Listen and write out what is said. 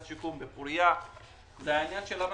השיקום בפוריה הוא עניין המאצ'ינג.